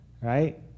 right